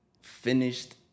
finished